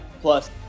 plus